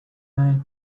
night